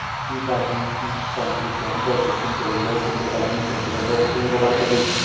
సీత గీ పీచ్ పండు క్యాన్సర్ తగ్గించడంలో గుండె బలాన్ని పెంచటంలో ఉపయోపడుతది